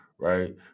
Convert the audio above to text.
right